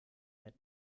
mit